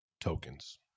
tokens